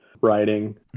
writing